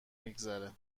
میگذره